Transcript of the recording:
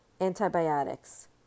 Antibiotics